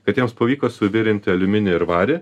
kad jiems pavyko suvirinti aliuminį ir varį